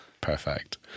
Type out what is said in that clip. Perfect